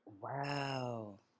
Wow